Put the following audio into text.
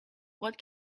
what